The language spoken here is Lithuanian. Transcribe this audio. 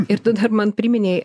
ir tu dar man priminei